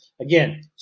Again